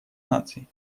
наций